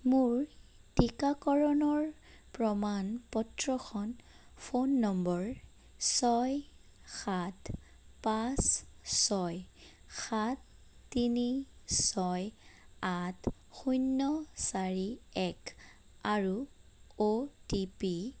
মোৰ টীকাকৰণৰ প্ৰমাণ পত্ৰখন ফোন নম্বৰ ছয় সাত পাঁচ ছয় সাত তিনি ছয় আঠ শূন্য চাৰি এক আৰু অ' টি পি